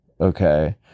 okay